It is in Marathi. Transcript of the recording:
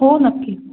हो नक्की